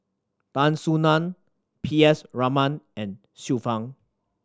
Tan Soo Nan P S Raman and Xiu Fang